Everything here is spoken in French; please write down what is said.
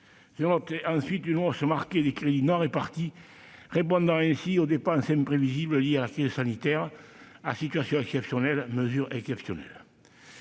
Je note ensuite une hausse marquée des « crédits non répartis », répondant ainsi aux dépenses imprévisibles liées à la crise sanitaire. À situation exceptionnelle, mesures exceptionnelles